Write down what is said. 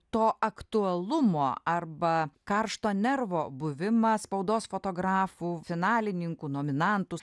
to aktualumo arba karšto nervo buvimą spaudos fotografų finalininkų nominantų